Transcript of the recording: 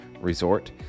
resort